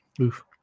Oof